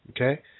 Okay